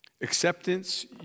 Acceptance